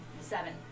Seven